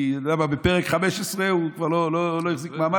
כי, אתה יודע מה, בפרק 15 הוא כבר לא החזיק מעמד.